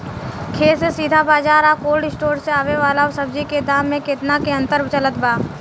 खेत से सीधा बाज़ार आ कोल्ड स्टोर से आवे वाला सब्जी के दाम में केतना के अंतर चलत बा?